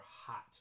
hot